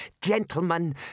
Gentlemen